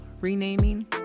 renaming